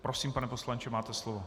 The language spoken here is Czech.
Prosím, pane poslanče, máte slovo.